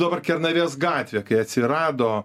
dabar kernavės gatvė kai atsirado